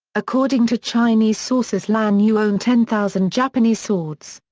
according to chinese sources lan yu owned ten thousand japanese swords.